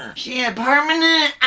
yeah permanent